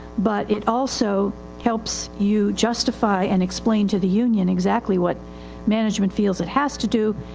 but it also helps you justify and explain to the union exactly what management feels it has to do,